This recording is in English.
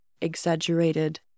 exaggerated